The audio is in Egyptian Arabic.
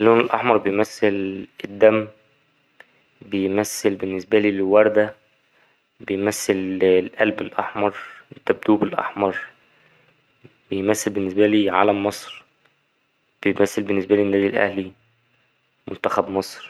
اللون الأحمر بيمثل الدم بيمثل بالنسبالي الوردة بيمثل القلب الأحمر الدبدوب الأحمر بيمثل بالنسبالي علم مصر بيمثل بالنسبالي النادي الأهلي منتخب مصر.